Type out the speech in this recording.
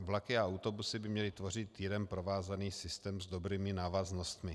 Vlaky a autobusy by měly tvořit jeden provázaný systém s dobrými návaznostmi.